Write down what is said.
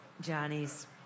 Johnny's